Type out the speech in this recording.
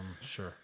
Sure